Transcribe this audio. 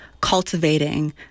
cultivating